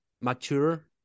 mature